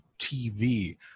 TV